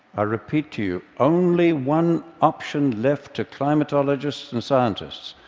ah repeat to you, only one option left to climatologists and scientists,